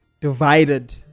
divided